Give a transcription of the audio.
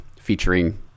featuring